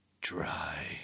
Dry